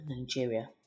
Nigeria